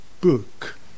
Book